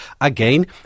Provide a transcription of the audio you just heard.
again